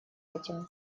этим